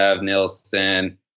Nilsson